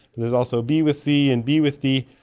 there's also b with c, and b with d,